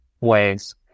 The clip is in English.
ways